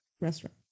restaurant